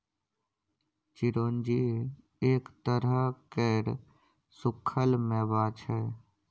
चिरौंजी एक तरह केर सुक्खल मेबा छै